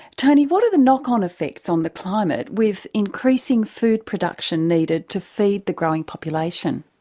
tony, what are the knock-on effects on the climate, with increasing food production needed to feed the growing population?